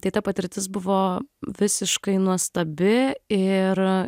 tai ta patirtis buvo visiškai nuostabi ir